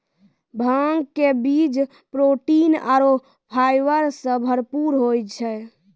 भांग के बीज प्रोटीन आरो फाइबर सॅ भरपूर होय छै